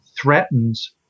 threatens